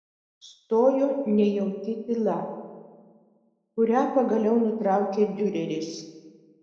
stojo nejauki tyla kurią pagaliau nutraukė diureris